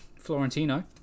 florentino